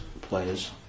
players